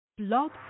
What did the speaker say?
blog